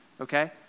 okay